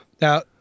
Now